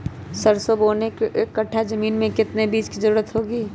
सरसो बोने के एक कट्ठा जमीन में कितने बीज की जरूरत होंगी?